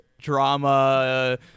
drama